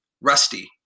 rusty